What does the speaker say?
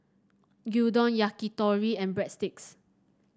Gyudon Yakitori and Breadsticks